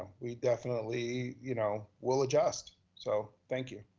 we definitely you know will adjust, so thank you.